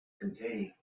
contained